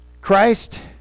Christ